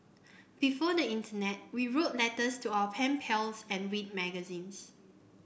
before the internet we wrote letters to our pen pals and read magazines